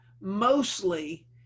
mostly